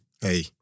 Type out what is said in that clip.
hey